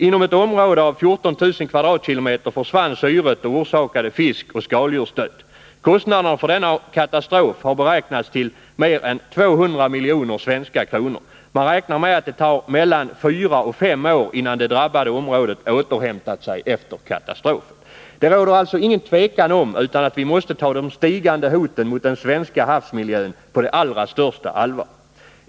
Inom ett område på 14 000 kvadratkilometer försvann syret och orsakade fiskoch skaldjursdöd. Kostnaderna för denna katastrof har beräknats till mer än 200 miljoner svenska kronor. Man räknar med att det tar mellan fyra och fem år innan det drabbade området återhämtat sig efter katastrofen. Det råder alltså inget tvivel om att vi måste ta de stigande hoten mot den svenska havsmiljön på allra största allvar.